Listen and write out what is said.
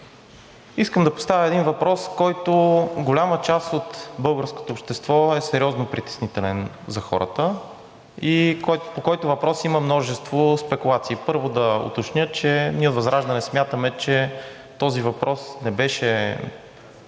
искам да поставя един въпрос, който за голяма част от българското общество е сериозно притеснителен за хората, по който въпрос има множество спекулации. Първо да уточня, че ние от ВЪЗРАЖДАНЕ смятаме, че този въпрос не беше